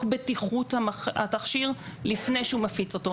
את בטיחות התכשיר לפני שהוא מפיץ אותו.